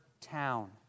town